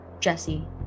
jesse